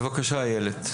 בבקשה, איילת.